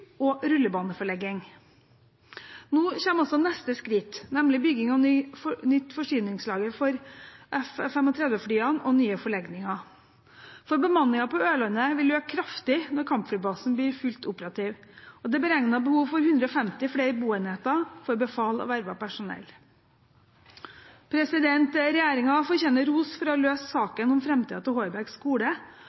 og rullebaneforlengning. Nå kommer altså neste skritt, nemlig bygging av nytt forsyningslager for F-35-flyene og nye forlegninger. Bemanningen på Ørland vil øke kraftig når kampflybasen blir fullt operativ, og det er beregnet behov for 150 flere boenheter for befal og vervet personell. Regjeringen fortjener ros for å ha løst saken om framtiden til Hårberg skole,